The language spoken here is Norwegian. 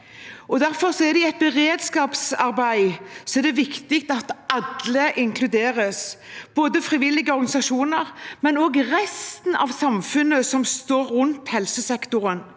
Derfor er det i et beredskapsarbeid viktig at alle inkluderes, både frivillige organisasjoner og resten av samfunnet som står rundt helsesektoren.